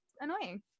annoying